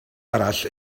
arall